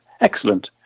Excellent